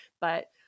but-